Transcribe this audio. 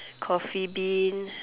Coffee Bean